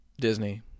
Disney